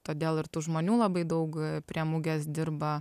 todėl ir tų žmonių labai daug prie mugės dirba